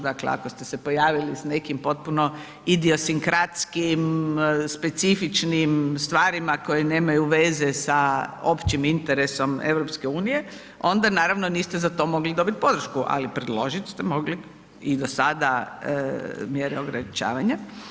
Dakle ako ste se pojavili sa nekim potpuno idiosinkratskim, specifičnim stvarima koje nemaju veze sa općim interesom EU, onda naravno niste za to mogli dobiti podršku, ali predložiti ste mogli i do sada mjere ograničavanja.